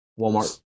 Walmart